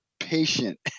patient